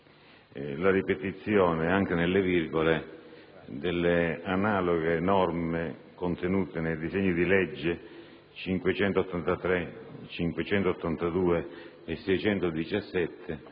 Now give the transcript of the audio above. la ripetizione, anche nelle virgole, delle analoghe norme contenute nei disegni di legge nn. 582, 583 e 617,